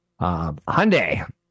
Hyundai